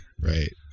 Right